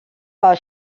while